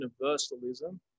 universalism